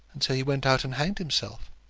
and so he went out and hanged himself.